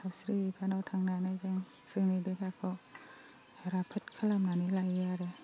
सावस्रि बिफानाव थांनानै जों जोंनि देहाखौ राफोद खालामनानै लायो आरो